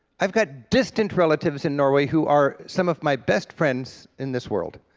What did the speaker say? i've got distant relatives in norway who are some of my best friends in this world,